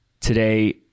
Today